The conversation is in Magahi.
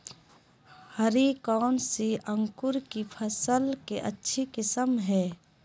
हरी कौन सी अंकुर की फसल के अच्छी किस्म है?